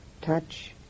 touch